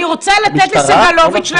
המשפט,